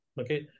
Okay